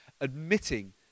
admitting